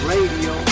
Radio